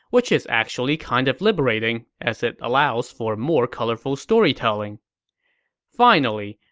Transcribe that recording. which is actually kind of liberating as it allows for more colorful storytelling finally,